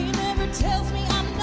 never tells me